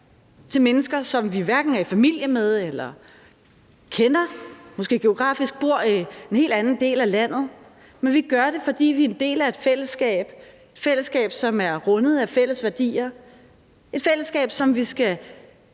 til mennesker, som vi hverken er i familie med eller kender, og som måske geografisk bor i en helt anden del af landet. Men vi gør det, fordi vi er en del af et fællesskab, et fællesskab, som er rundet af fælles værdier, et fællesskab, som vi skal